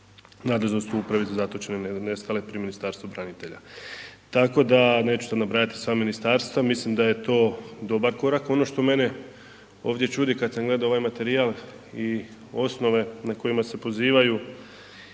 nadležnost u Upravi za zatočene i nestale pri Ministarstvu branitelja. Tako da neću sad nabrajati sva ministarstva, mislim da je to dobar korak. Ono što mene ovdje čudi kad sam gledo ovaj materijal i osnove na kojima se pozivaju